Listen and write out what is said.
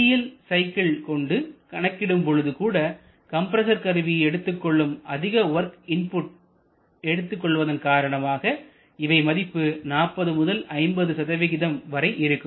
ideal cycle கொண்டு கணக்கிடும் பொழுது கூட கம்பரசர் கருவி எடுத்துக்கொள்ளும் அதிக வொர்க் இன்புட் எடுத்து கொள்வதன் காரணமாக இவை மதிப்பு 40 முதல் 50 வரை இருக்கும்